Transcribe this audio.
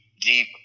deep